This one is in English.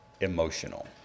emotional